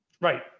Right